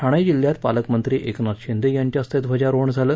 ठाणे जिल्ह्यात पालकमंत्री एकनाथ शिंदे यांच्या इस्ते ध्वजारोहण झालं